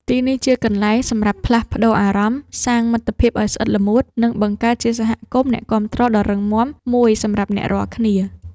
ទីនេះជាកន្លែងសម្រាប់ផ្លាស់ប្តូរអារម្មណ៍ សាងមិត្តភាពឱ្យស្អិតល្មួត និង បង្កើតជាសហគមន៍អ្នកគាំទ្រដ៏រឹងមាំមួយសម្រាប់អ្នករាល់គ្នា។